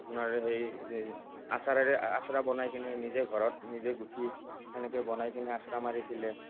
আপোনাৰ সেই আছাৰেৰে আছাৰা বনাই কিনে নিজে ঘৰত নিজেই গুঠি সেনেকৈ বনাই কিনে আছাৰা মাৰিছিলে